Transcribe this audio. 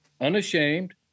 unashamed